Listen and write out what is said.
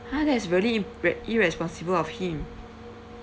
ha that's really re~ irresponsible of him